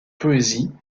poésie